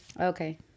Okay